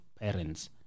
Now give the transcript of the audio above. parents